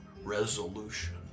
resolution